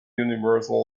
universal